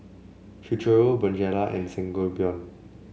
Futuro Bonjela and Sangobion